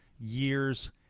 years